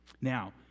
Now